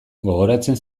gogoratzen